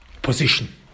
position